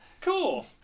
cool